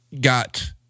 got